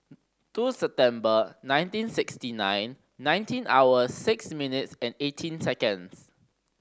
two September nineteen sixty nine nineteen hours six minutes and eighteen seconds